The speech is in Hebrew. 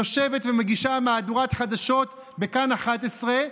יושבת ומגישה מהדורת חדשות בכאן 11,